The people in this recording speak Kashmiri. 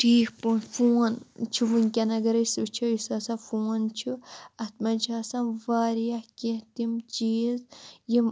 ٹھیٖک پٲٹھۍ فون چھُ وٕنۍکٮ۪ن اگر أسۍ وٕچھو یُس ہَسا فون چھُ اَتھ منٛز چھِ آسان واریاہ کیٚنٛہہ تِم چیٖز یِم